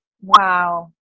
Wow